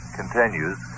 continues